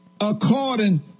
according